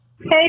Hey